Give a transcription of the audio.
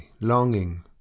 longing